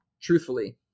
truthfully